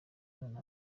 none